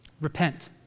Repent